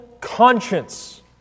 conscience